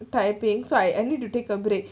typing so I needed to take a break